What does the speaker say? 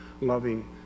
loving